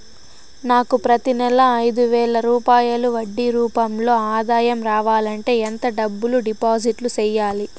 నాకు ప్రతి నెల ఐదు వేల రూపాయలు వడ్డీ రూపం లో ఆదాయం రావాలంటే ఎంత డబ్బులు డిపాజిట్లు సెయ్యాలి?